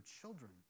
children